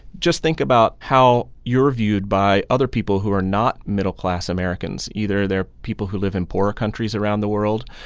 just think about how you're viewed by other people who are not middle-class americans either they're people who live in poorer countries around the world,